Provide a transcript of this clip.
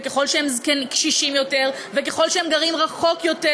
וככל שהם קשישים יותר וככל שהם גרים רחוק יותר.